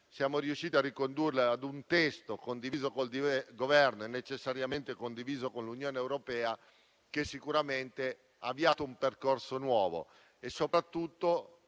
siamo riusciti a ricondurre a un testo condiviso con il Governo e necessariamente con l'Unione europea, che sicuramente ha avviato un percorso nuovo. Soprattutto,